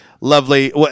lovely